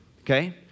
Okay